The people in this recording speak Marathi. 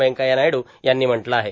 व्यंकथ्या नायडू यांनी म्हटलं आहे